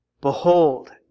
Behold